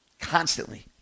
constantly